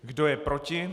Kdo je proti?